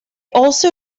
also